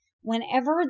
whenever